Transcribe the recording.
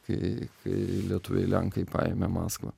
kai kai lietuviai lenkai paėmė maskvą